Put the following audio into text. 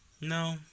No